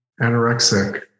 anorexic